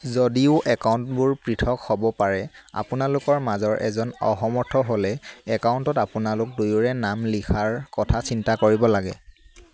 যদিও একাউণ্টবোৰ পৃথক হ'ব পাৰে আপোনালোকৰ মাজৰ এজন অসমৰ্থ হ'লে একাউণ্টত আপোনালোক দুয়োৰে নাম লিখাৰ কথা চিন্তা কৰিব লাগে